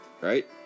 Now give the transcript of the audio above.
right